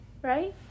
Right